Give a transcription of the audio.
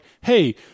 hey